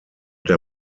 der